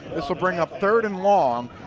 this will bring up third and long.